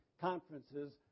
conferences